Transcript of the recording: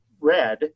red